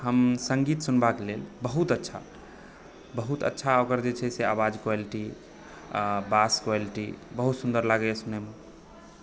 हम संगीत सुनबाक लेल बहुत अच्छा बहुत अच्छा ओकर जे छै से आवाज कवाल्टी बास कवाल्टी बहुत सुन्दर लगै यऽ सुनयमे